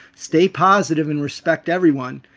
stay positive and respect everyone.